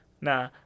Nah